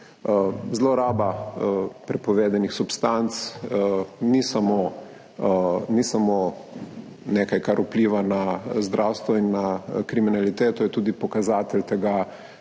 Zloraba prepovedanih substanc ni samo nekaj, kar vpliva na zdravstvo in na kriminaliteto, je tudi pokazatelj tega,